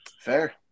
Fair